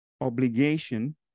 obligation